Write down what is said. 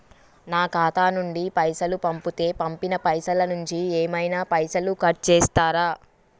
నా ఖాతా నుండి పైసలు పంపుతే పంపిన పైసల నుంచి ఏమైనా పైసలు కట్ చేత్తరా?